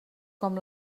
com